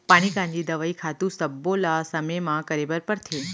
पानी कांजी, दवई, खातू सब्बो ल समे म करे बर परथे